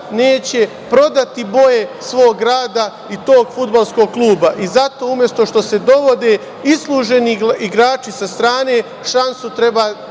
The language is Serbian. neće prodati boje svog grada i tog fudbalskog kluba. Zato, umesto što se dovode isluženi igrači sa strane, šansu treba